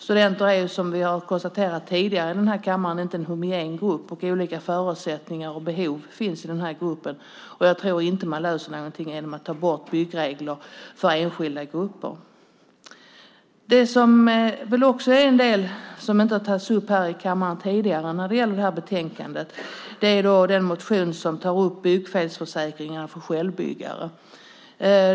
Studenter är, som vi tidigare har konstaterat i denna kammare, inte en homogen grupp. Det finns olika förutsättningar och behov inom den gruppen. Jag tror inte att man löser någonting genom att ta bort byggregler för enskilda grupper. Något som kanske inte tagits upp här i kammaren när det gäller det här betänkandet är den motion där man tar upp frågan om byggfelsförsäkringar för självbyggare.